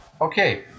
Okay